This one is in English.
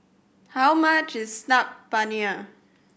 how much is Saag Paneer